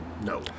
No